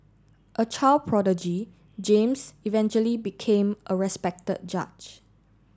a child prodigy James eventually became a respected judge